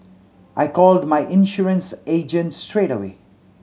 I called my insurance agent straight away